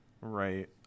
Right